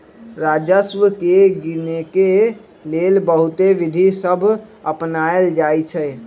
राजस्व के गिनेके लेल बहुते विधि सभ अपनाएल जाइ छइ